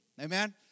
Amen